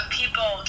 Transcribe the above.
people